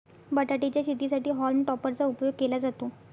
बटाटे च्या शेतीसाठी हॉल्म टॉपर चा उपयोग केला जातो